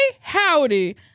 howdy